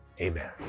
amen